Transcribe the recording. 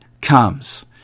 comes